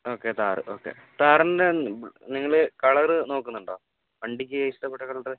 okay Thar okay ഥാറിൻ്റെ നിങ്ങൾ colour നോക്കുന്നുണ്ടോ വണ്ടിയ്ക്ക് ഇഷ്ടപ്പെട്ട കളർ